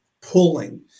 pulling